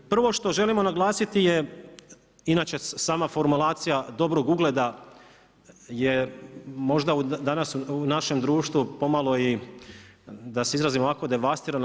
Prvo što želimo naglasiti je inače sama formulacija dobrog ugleda je možda danas u našem društvu pomalo i da se izrazim ovako devastirana.